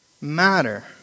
matter